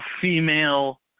female